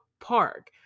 park